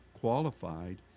qualified